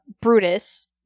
Brutus